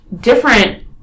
different